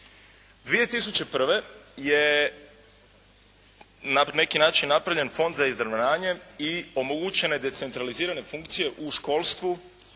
2001. je na neki način napravljen Fond za izravnanje i omogućene decentralizirane funkcije u školstvu,